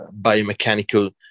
biomechanical